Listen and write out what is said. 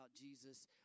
Jesus